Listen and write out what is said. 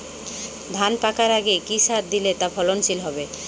ধান পাকার আগে কি সার দিলে তা ফলনশীল হবে?